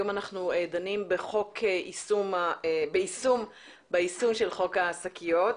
היום אנחנו דנים ביישום של חוק השקיות.